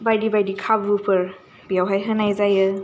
बायदि बायदि खाबुफोर बियावहाय होनाय जायो